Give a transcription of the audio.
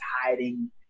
hiding